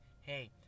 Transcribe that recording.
hey